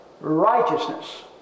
Righteousness